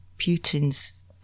Putin's